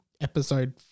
episode